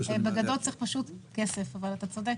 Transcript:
בגדול צריך פשוט כסף, אבל אתה צודק.